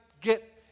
get